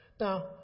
Now